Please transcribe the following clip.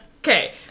Okay